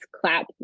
clap